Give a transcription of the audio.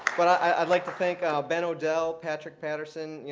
but i would like to thank ben o'dell, patrick patterson. you